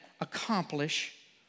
accomplish